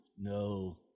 no